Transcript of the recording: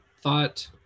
thought